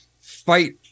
fight